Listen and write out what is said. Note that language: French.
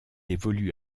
évolue